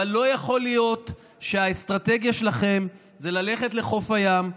אבל לא יכול להיות שהאסטרטגיה שלכם היא ללכת לחוף הים,